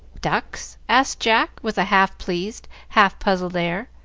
ducks? asked jack, with a half pleased, half puzzled air,